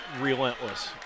relentless